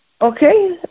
Okay